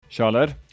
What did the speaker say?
Charlotte